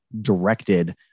directed